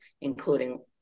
including